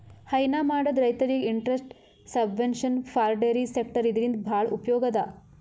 ಹೈನಾ ಮಾಡದ್ ರೈತರಿಗ್ interest subvention for dairy sector ಇದರಿಂದ್ ಭಾಳ್ ಉಪಯೋಗ್ ಅದಾ